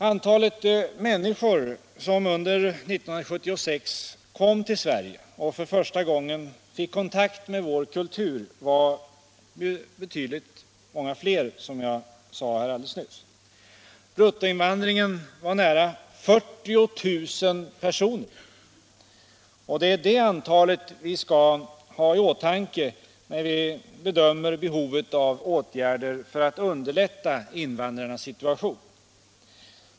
Antalet människor som under 1976 kom till Sverige och för första gången fick kontakt med vår kultur var betydligt större. Bruttoinvandringen var nära 40 000 personer, och det är det antalet vi skall ha i åtanke när vi bedömer behovet av åtgärder för att underlätta invandrarnas situation.